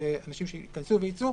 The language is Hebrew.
אנשים שייכנסו ויצאו,